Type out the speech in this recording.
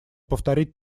повторить